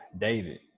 David